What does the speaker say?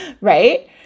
Right